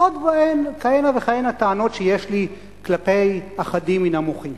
ועוד כהנה וכהנה טענות שיש לי כלפי אחדים מן המוחים.